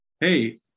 Hey